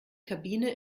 kabine